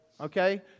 okay